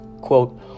quote